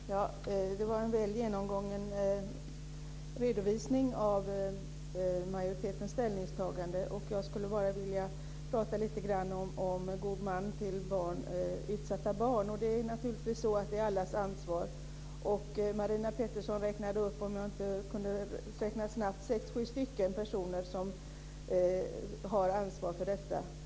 Herr talman! Det var en väl genomgången redovisning av majoritetens ställningstagande. Jag skulle bara vilja tala lite grann om god man till utsatta barn. Det är naturligtvis allas ansvar. Marina Pettersson räknade upp sex sju personer som har ansvar för dessa.